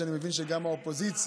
שאני מבין שגם האופוזיציה,